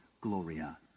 Gloria